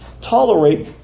tolerate